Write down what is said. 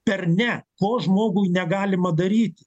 per ne ko žmogui negalima daryti